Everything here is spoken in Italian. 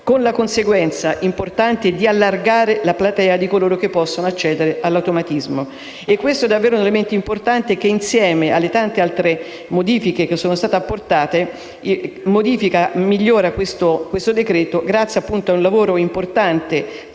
con la conseguenza importante di allargare la platea di coloro che possono accedere all'automatismo. Si tratta davvero di un elemento fondamentale che, insieme alle tante altre modifiche che sono state apportate, migliora il provvedimento, grazie anche ad un lavoro importante